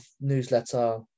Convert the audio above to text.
newsletter